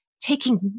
taking